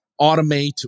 automate